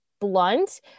blunt